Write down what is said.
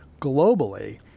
globally